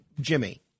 Jimmy